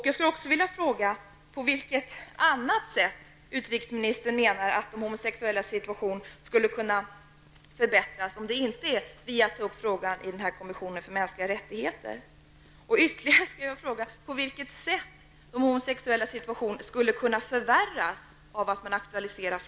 Jag vill vidare fråga på vilket annat sätt utrikesministern menar att de homosexuellas situation skall kunna förbättras, om inte det är genom att ta upp frågan i kommissionen för mänskliga rättigheter. Ytterligare skulle jag vilja fråga: På vilket sätt skulle de homosexuellas situation kunna förvärras av att frågan aktualiseras?